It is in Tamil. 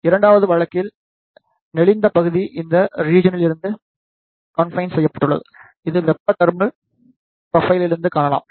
இரண்டாவது வழக்கில் நெளிந்த பகுதி இந்த ரிஜியனிலிருந்து கன்பைன் செய்யப்பட்டுள்ளது இது வெப்ப தெர்மல் ப்ரொபைலிருந்து காணலாம்